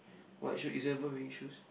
what should is there a boy wearing shoes